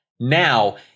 Now